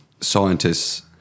scientists